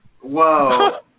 Whoa